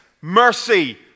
mercy